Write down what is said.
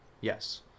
Yes